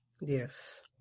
yes